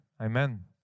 Amen